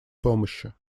помощи